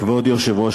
כבוד היושב-ראש,